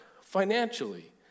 financially